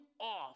off